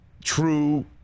true